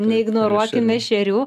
neignoruokim meškerių